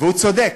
והוא צודק.